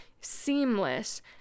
seamless